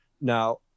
Now